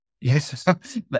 yes